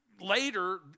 Later